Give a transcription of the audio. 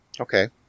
Okay